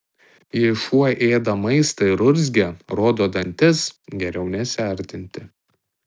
jei šuo ėda maistą ir urzgia rodo dantis geriau nesiartinti